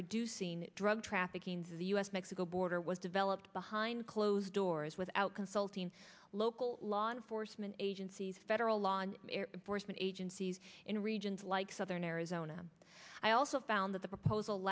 reducing drug trafficking to the us mexico border was developed behind closed doors without consulting local law enforcement agencies federal law enforcement agencies in regions like southern arizona i also found that the proposal